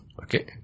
Okay